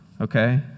okay